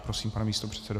Prosím, pane místopředsedo.